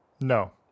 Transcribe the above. No